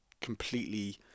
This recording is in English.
completely